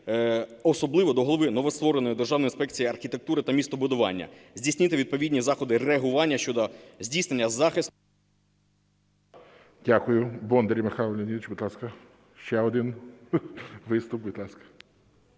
особливо до голови новоствореної Державної інспекції архітектури та містобудування, здійснити відповідні заходи реагування щодо здійснення захисту… ГОЛОВУЮЧИЙ. Дякую. Бондар Михайло Леонтійович, будь ласка. Ще один виступ, будь ласка.